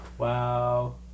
Wow